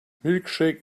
milkshake